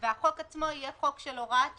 החוק עצמו יהיה חוק של הוראת שעה,